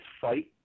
fight